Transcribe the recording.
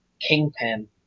Kingpin